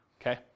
okay